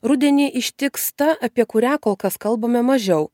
rudenį ištiks ta apie kurią kol kas kalbame mažiau